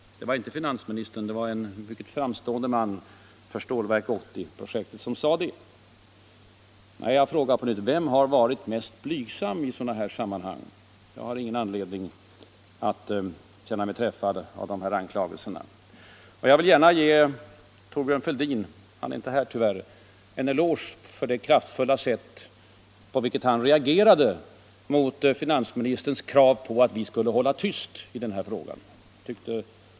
Det var inte finansministern men en framstående talesman för Stålverk 80-projektet som yttrade detta. Jag frågar på nytt: Vem har varit mest blygsam i sådana här sammanhang? Jag har alltså ingen anledning att känna mig träffad av herr Strängs anklagelser. Jag vill gärna ge Thorbjörn Fälldin en eloge för det kraftfulla sätt på vilket han reagerade mot finansministerns krav att vi skulle hålla tyst i den här frågan.